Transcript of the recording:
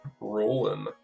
rolling